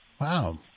Wow